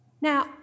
Now